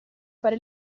fare